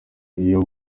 iyo